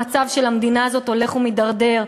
המצב של המדינה הזאת הולך ומידרדר.